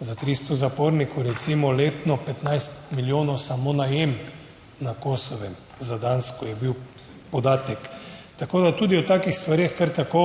Za 300 zapornikov, recimo letno 15 milijonov, samo najem na Kosovem, za Dansko je bil podatek. Tako, da tudi o takih stvareh kar tako